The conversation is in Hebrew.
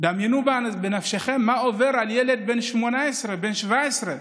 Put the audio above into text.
דמיינו בנפשכם מה עובר על ילד בן 18, בן 17,